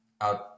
out